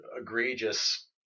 egregious